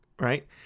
Right